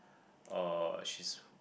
uh she's